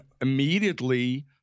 immediately